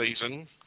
season